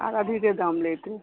आओर अधिके दाम लैतय